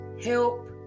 Help